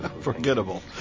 forgettable